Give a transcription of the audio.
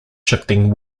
shifting